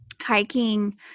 hiking